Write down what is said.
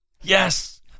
yes